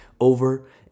over